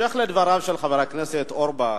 בהמשך לדבריו של חבר הכנסת אורבך,